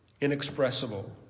inexpressible